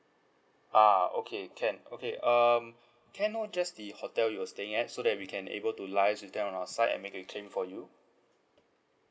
ah okay can okay um can I know just the hotel you were staying at so that we can able to liaise with them on our side and make a claim for you